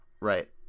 right